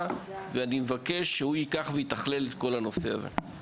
ואני מבקש שהוא ייקח ויתכלל את כל הנושא הזה.